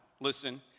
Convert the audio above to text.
Listen